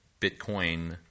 Bitcoin